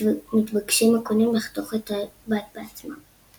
מתבקשים הקונים לחתוך את הבד בעצמם.